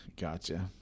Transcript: Gotcha